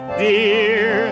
dear